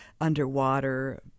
underwater